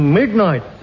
midnight